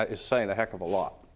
ah is saying a heck of a lot,